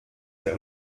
der